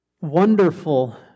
wonderful